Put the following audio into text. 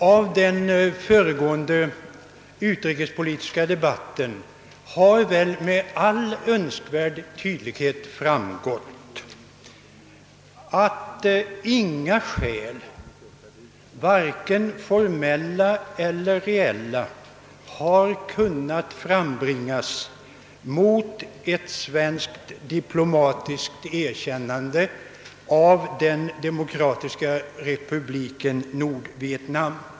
Av den föregående utrikespolitiska debatten har väl med all önskvärd tydlighet framgått att inga vare sig formella eller reella skäl har kunnat frambringas mot ett svenskt diplomatiskt erkännande av Demokratiska Republiken Vietnam.